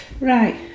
Right